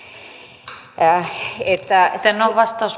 arvoisa rouva puhemies